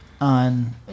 on